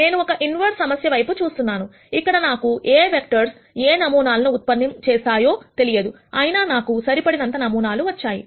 నేను ఒక ఇన్వెర్స్ సమస్య వైపు చూస్తున్నానుఇక్కడ నాకు ఏ వెక్టర్స్ ఏ నమూనా లను ఉత్పన్నం చేస్తాయో తెలియదు అయినా నాకు సరిపడినంత నమూనా లు వచ్చాయి